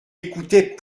écoutait